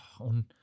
on